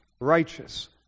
righteous